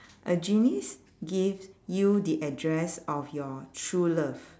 a genies gives you the address of your true love